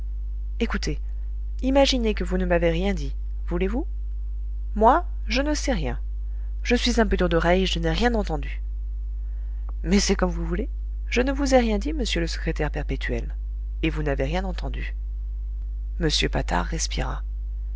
écoutez imaginez que vous ne m'avez rien dit voulez-vous moi je ne sais rien je suis un peu dur d'oreille je n'ai rien entendu mais c'est comme vous voulez je ne vous ai rien dit monsieur le secrétaire perpétuel et vous n'avez rien entendu m patard respira